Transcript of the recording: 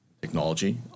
technology